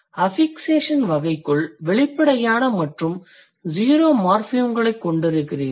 affixation வகைக்குள் வெளிப்படையான மற்றும் ஸீரோ மார்ஃபிம்களைக் கொண்டிருக்கிறீர்கள்